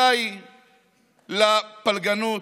די לפלגנות,